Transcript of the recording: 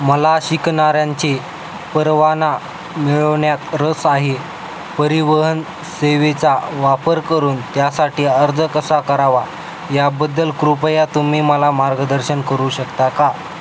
मला शिकणाऱ्यांची परवाना मिळवण्यात रस आहे परिवहन सेवेचा वापर करून त्यासाठी अर्ज कसा करावा याबद्दल कृपया तुम्ही मला मार्गदर्शन करू शकता का